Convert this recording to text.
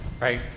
right